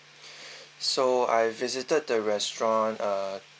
so I visited the restaurant uh